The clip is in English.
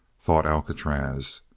thought alcatraz.